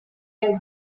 egg